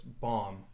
bomb